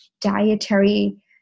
dietary